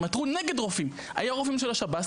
הם עתרו נגד רופאים היו רופאים של השב"ס